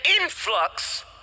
influx